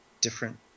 different